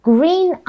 Green